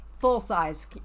Full-size